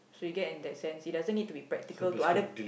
so you get in that sense it doesn't need to be practical to other